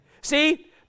See